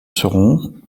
seront